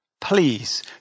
Please